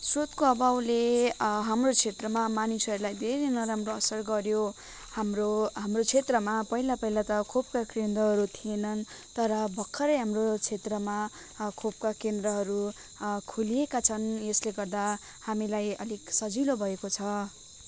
स्रोतको अभावले हाम्रो क्षेत्रमा मानिसहरूलाई धेरै नराम्रो असर गर्यो हाम्रो हाम्रो क्षेत्रमा पहिला पहिला त खोपका केन्द्रहरू थिएनन् तर भर्खरै हाम्रो क्षेत्रमा खोपका केन्द्रहरू खोलिएका छन् यसले गर्दा हामीलाई अलिक सजिलो भएको छ